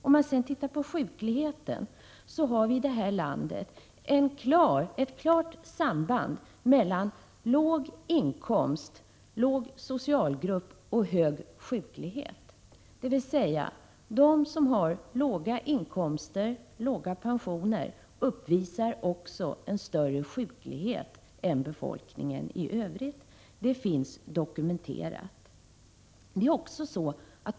Om man sedan ser på sjukligheten finner vi att vi i det här landet har ett klart samband mellan låg inkomst, låg socialgrupp och hög sjuklighet, dvs. de som har låga inkomster, låga pensioner uppvisar också en större sjuklighet än befolkningen i övrigt. Det finns dokumenterat.